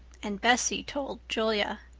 and bessie told julia.